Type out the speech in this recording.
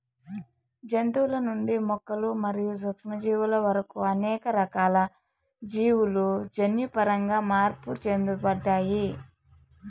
జంతువుల నుండి మొక్కలు మరియు సూక్ష్మజీవుల వరకు అనేక రకాల జీవులు జన్యుపరంగా మార్పు చేయబడ్డాయి